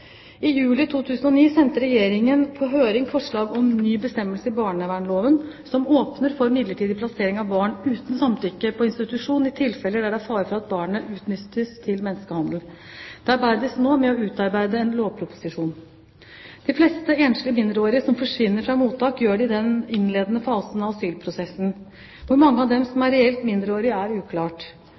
I juli 2009 sendte Regjeringen på høring forslag om en ny bestemmelse i barnevernsloven som åpner for midlertidig plassering av barn uten samtykke på institusjon i tilfeller der det er fare for at barnet utnyttes til menneskehandel. Det arbeides nå med å utarbeide en lovproposisjon. De fleste enslige mindreårige som forsvinner fra mottak, gjør det i den innledende fasen av asylprosessen. Hvor mange av dem som reelt er mindreårige, er uklart.